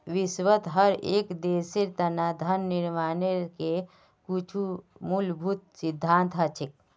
विश्वत हर एक देशेर तना धन निर्माणेर के कुछु मूलभूत सिद्धान्त हछेक